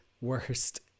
worst